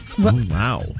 wow